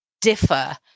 differ